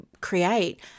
create